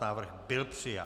Návrh byl přijat.